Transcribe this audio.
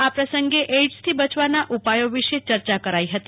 આ પ્રસંગે એઇડ્સથી બચવાના ઉપાયો વિષે ચર્ચા કરાઈ ફતી